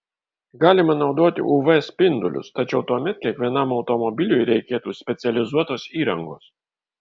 galima naudoti uv spindulius tačiau tuomet kiekvienam automobiliui reikėtų specializuotos įrangos